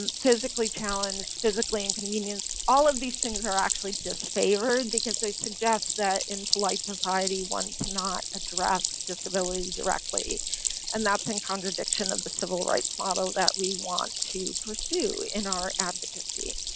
and physically challenged, physically inconvenience, all of these things are actually disfavored because they suggest that in polite society one cannot address disability directly and that's in contradiction of the civil rights model that we want to pursue in our advocacy